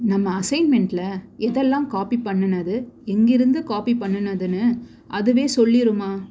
நம்ம அசைன்மெண்ட்டில் எதெல்லாம் காப்பி பண்ணினது எங்கேருந்து காப்பி பண்ணினதுன்னு அதுவே சொல்லிடுமா